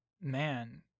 man